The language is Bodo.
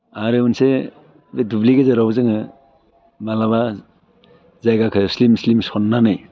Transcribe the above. आरो मोनसे दुब्लि गेजेराव जोङो माब्लाबा जायगाखौ स्लिम स्लिम सननानै